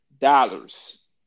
dollars